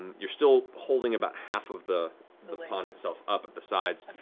you're still holding about half of the the pond itself up at the sides.